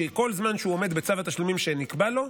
שכל זמן שהוא עומד בצו התשלומים שנקבע לו,